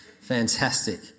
Fantastic